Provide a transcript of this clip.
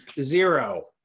zero